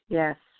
yes